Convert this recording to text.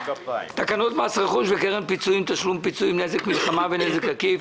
תקנות מס רכוש וקרן פיצויים (תשלום פיצויים) (נזק מלחמה ונזק עקיף)